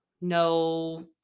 no